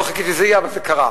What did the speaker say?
לא חיכיתי שזה יהיה, אבל זה קרה.